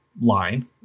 line